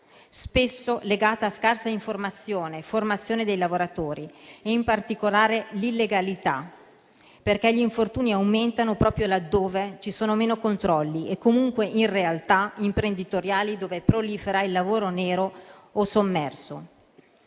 spesso legata a scarsa informazione e formazione dei lavoratori e, in particolare, l'illegalità, perché gli infortuni aumentano proprio laddove ci sono meno controlli e comunque in realtà imprenditoriali dove prolifera il lavoro nero o sommerso.